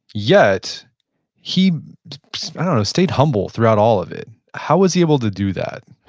yet he stayed humble throughout all of it. how was he able to do that?